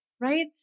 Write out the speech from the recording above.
Right